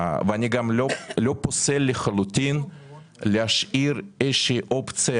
אני גם לא פוסל לחלוטין להשאיר איזו אופציה